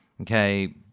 okay